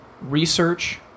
research